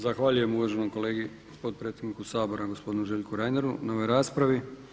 Zahvaljujem uvaženom kolegi potpredsjedniku Sabora gospodinu Željku Reineru na ovoj raspravi.